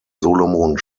solomon